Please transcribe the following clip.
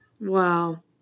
Wow